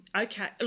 okay